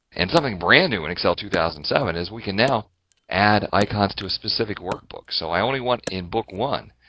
and something brand-new in excel two thousand so and seven is we can now add icons to a specific workbook. so i only want, in book one,